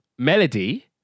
Melody